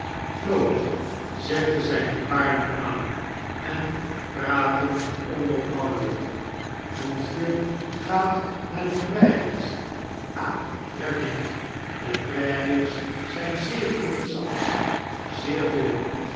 floot zette zyne paarden aan en praatte onophoudelyk monsieur gaat naar de prairies ah trhs bien de prairies zyn zeer inter essant zeer veel